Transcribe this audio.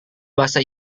bahasa